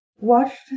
watched